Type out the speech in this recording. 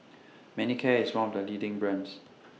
Manicare IS one of The leading brands